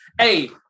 Hey